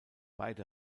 beide